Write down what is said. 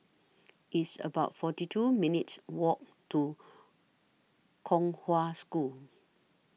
It's about forty two minutes' Walk to Kong Hwa School